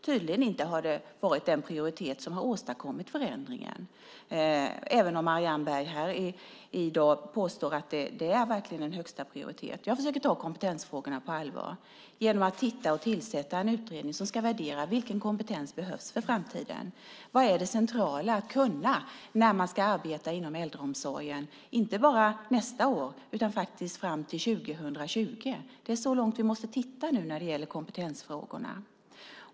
Tydligen har de inte haft den prioritet som har åstadkommit förändringar, även om Marianne Berg här i dag påstår att det verkligen är högsta prioritet. Jag försöker ta kompetensfrågorna på allvar genom att titta närmare på dem och tillsätta en utredning som ska värdera vilken kompetens som behövs för framtiden. Vad är det centrala att kunna när man ska arbeta inom äldreomsorgen, inte bara nästa år utan faktiskt fram till 2020? Det är så långt vi måste titta nu när det gäller kompetensfrågorna.